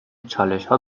چالشها